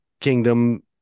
Kingdom